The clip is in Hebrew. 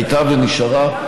הייתה ונשארה,